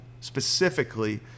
specifically